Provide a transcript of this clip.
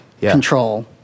control